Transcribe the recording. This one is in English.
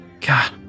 God